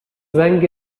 زنگ